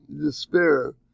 despair